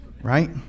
Right